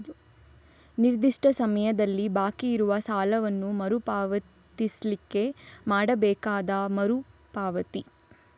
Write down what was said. ನಿರ್ದಿಷ್ಟ ಸಮಯದಲ್ಲಿ ಬಾಕಿ ಇರುವ ಸಾಲವನ್ನ ಮರು ಪಾವತಿಸ್ಲಿಕ್ಕೆ ಮಾಡ್ಬೇಕಾದ ಮರು ಪಾವತಿ